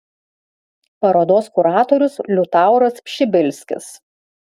parodos kuratorius liutauras pšibilskis